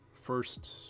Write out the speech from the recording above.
first